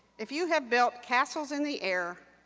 if you had built castles in the air,